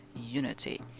unity